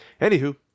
Anywho